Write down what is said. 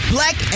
Black